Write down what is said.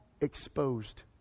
Exposed